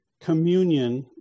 Communion